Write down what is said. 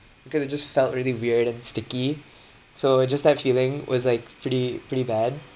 cause it just felt really weird and sticky so it just that feeling was like pretty pretty bad